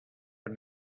but